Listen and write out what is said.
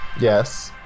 yes